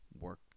work